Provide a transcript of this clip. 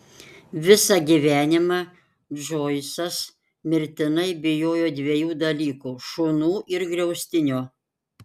visą gyvenimą džoisas mirtinai bijojo dviejų dalykų šunų ir griaustinio